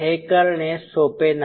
हे करणे सोपे नाही